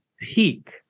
peak